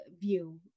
view